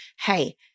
hey